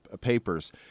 papers